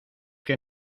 que